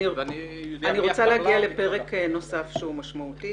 ארצה להגיע לפרק משמעותי